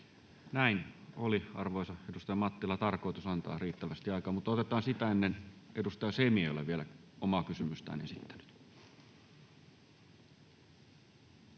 Näin. Oli, arvoisa edustaja Mattila, tarkoitus antaa riittävästi aikaa. — Mutta otetaan sitä ennen edustaja Semi. Hän ei ole vielä omaa kysymystään esittänyt.